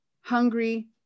hungry